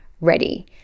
ready